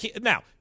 Now